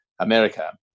America